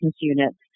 units